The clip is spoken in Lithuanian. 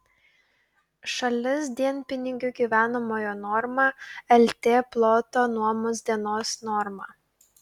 šalis dienpinigių gyvenamojo norma lt ploto nuomos dienos norma